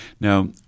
Now